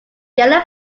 yellow